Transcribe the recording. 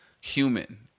human